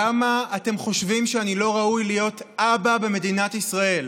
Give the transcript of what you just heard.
למה אתם חושבים שאני לא ראוי להיות אבא במדינת ישראל?